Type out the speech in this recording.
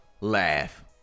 laugh